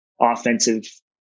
offensive